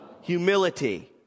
Humility